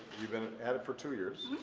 you've been at it for two years.